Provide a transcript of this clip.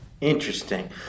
Interesting